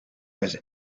was